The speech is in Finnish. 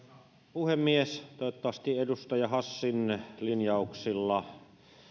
puhemies toivottavasti edustaja hassin linjauksilla